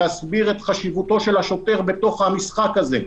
להסביר את חשיבותו של השוטר בתוך המשחק הזה,